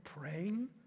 praying